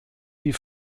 die